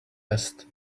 vest